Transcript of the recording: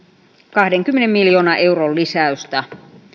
kahdenkymmenen miljoonan euron lisäystä